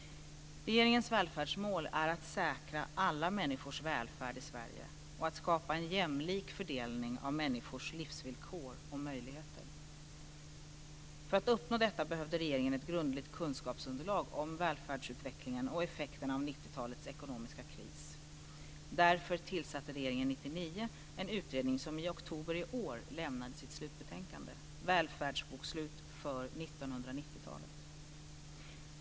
Regeringens välfärdsmål är att säkra alla människors välfärd i Sverige och att skapa en jämlik fördelning av människors livsvillkor och möjligheter. För att uppnå detta behövde regeringen ett grundligt kunskapsunderlag om välfärdsutvecklingen och effekterna av 90-talets ekonomiska kris. Därför tillsatte regeringen 1999 en utredning som i oktober i år lämnade sitt slutbetänkande, Välfärdsbokslut för 1990-talet .